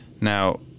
Now